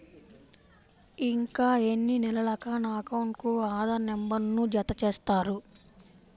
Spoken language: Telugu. ఇంకా ఎన్ని నెలలక నా అకౌంట్కు ఆధార్ నంబర్ను జత చేస్తారు?